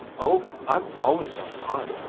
oh, i'm always on time,